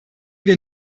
wir